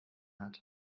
hat